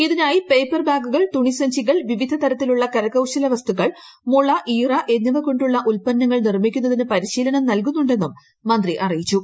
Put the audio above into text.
ഇതിനായി പേപ്പർ ബാഗുകൾ തുണിസഞ്ചികൾ വിവിധ തരത്തിലുള്ള കരകൌശല വസ്തുക്കൾ മുള ഈറ എന്നിവ കൊണ്ടുള്ള ഉൽപ്പന്നങ്ങൾ നിർമ്മിക്കുന്നതിന് പരിശീലനം നൽകുന്നുണ്ടെന്നും മന്ത്രി അറിയിച്ചു